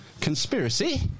Conspiracy